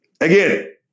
Again